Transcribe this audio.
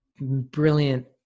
brilliant